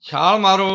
ਛਾਲ ਮਾਰੋ